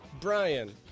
Brian